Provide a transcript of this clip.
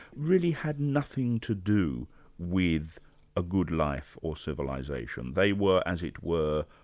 really had nothing to do with a good life or civilization they were, as it were,